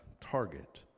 target